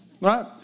right